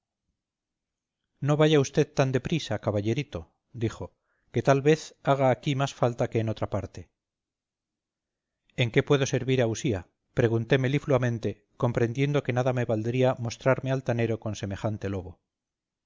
no vaya vd tan de prisa caballerito dijo que tal vez haga aquí más falta que en otra parte en qué puedo servir a usía pregunté melifluamente comprendiendo que nada me valdría mostrarme altanero con semejante lobo